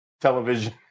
television